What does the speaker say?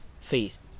face